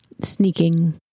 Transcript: sneaking